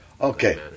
Okay